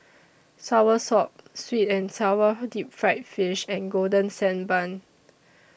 Soursop Sweet and Sour Deep Fried Fish and Golden Sand Bun